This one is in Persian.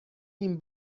این